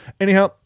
anyhow